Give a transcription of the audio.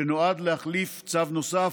שנועד להחליף צו נוסף.